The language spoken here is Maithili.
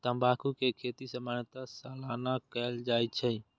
तंबाकू के खेती सामान्यतः सालाना कैल जाइ छै